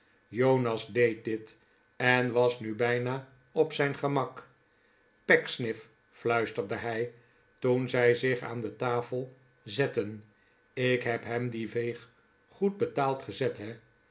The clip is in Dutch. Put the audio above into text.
jonas deed dit en was nu bijna op zijn gemak pecksniff fluisterde hij toen zij zich aan de tafel zetten ik heb hem dien veeg goed betaald gezet he